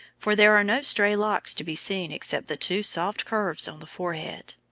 for there are no stray locks to be seen except the two soft curves on the forehead.